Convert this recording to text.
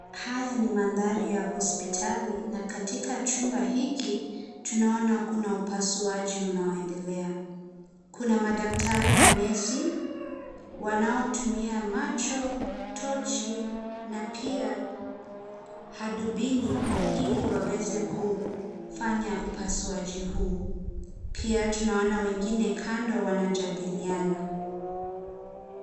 Haya ni mandhari ya hospitali na katika chumba hiki tunaona kuna upasuaji unaendelea. Kuna madaktari na nesi wanaotumia macho, tochi na pia hadubini ili waweze kufanya upasuaji huu, pia tunaona wengine kando wanajadiliana.